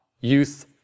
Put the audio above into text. youth